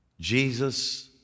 Jesus